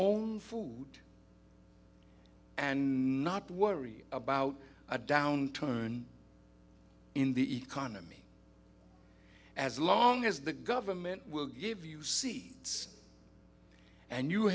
own food and not worry about a downturn in the economy as long as the government will give you see it's and you